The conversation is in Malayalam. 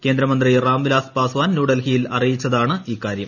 കേന്ദ്രമന്ത്രി രാംവിലാസ് പാസ്വാൻ ന്യൂഡൽഹിയിൽ അറിയിച്ചതാണ് ഇക്കാര്യം